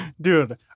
Dude